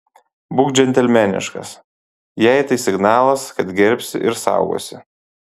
būk džentelmeniškas jai tai signalas kad gerbsi ir saugosi